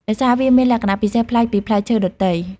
ដោយសារវាមានលក្ខណៈពិសេសប្លែកពីផ្លែឈើដទៃ។